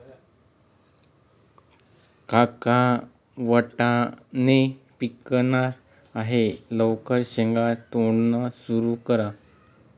काका वाटाणे पिकणार आहे लवकर शेंगा तोडणं सुरू करा